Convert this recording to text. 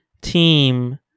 team